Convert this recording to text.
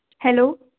hello